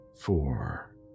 four